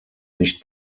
nicht